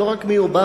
לא רק מאובמה,